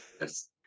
yes